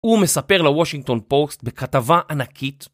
הוא מספר לוושינגטון פוסט בכתבה ענקית